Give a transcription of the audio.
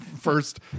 First